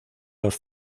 los